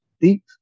deep